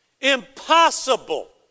impossible